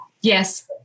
Yes